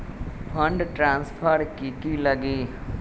Fund transfer कि की लगी?